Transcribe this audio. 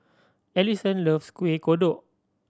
Ellison loves Kuih Kodok